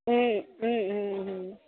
ம் ம் ம் ம்